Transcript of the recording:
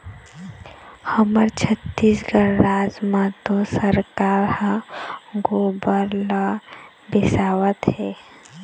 हमर छत्तीसगढ़ राज म तो सरकार ह गोबर ल बिसावत हे